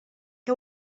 què